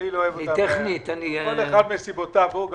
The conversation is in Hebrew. כל אחד מסיבותיו הוא.